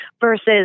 versus